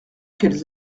qu’elles